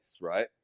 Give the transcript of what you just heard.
right